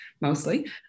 mostly